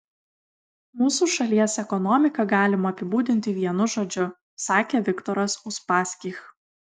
mūsų šalies ekonomiką galima apibūdinti vienu žodžiu sakė viktoras uspaskich